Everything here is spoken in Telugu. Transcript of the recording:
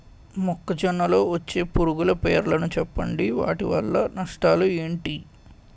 మొక్కజొన్న లో వచ్చే పురుగుల పేర్లను చెప్పండి? వాటి వల్ల నష్టాలు ఎంటి?